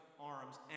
arms